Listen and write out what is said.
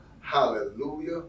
hallelujah